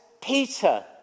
Peter